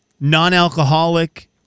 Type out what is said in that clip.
non-alcoholic